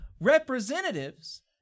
representatives